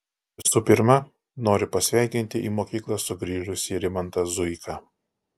visų pirma noriu pasveikinti į mokyklą sugrįžusį rimantą zuiką